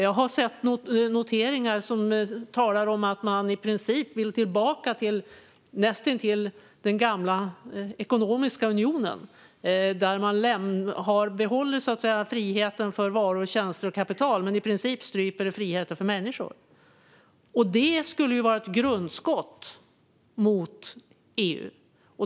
Jag har sett noteringar som talar om att man i princip vill tillbaka till näst intill den gamla ekonomiska unionen, där man behåller friheten för varor, tjänster och kapital men i princip stryper friheten för människor. Det skulle vara ett grundskott mot EU.